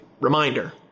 reminder